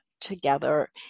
together